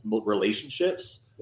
relationships